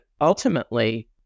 ultimately